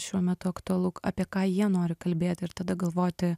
šiuo metu aktualu k apie ką jie nori kalbėti ir tada galvoti